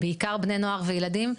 בעיקר בני נוער וילדים.